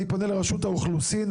אני פונה לרשות האוכלוסין.